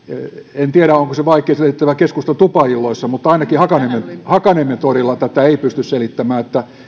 en tiedä onko se vaikea selitettävä keskustan tupailloissa mutta ainakaan hakaniemen torilla tätä ei pysty selittämään että